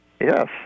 Yes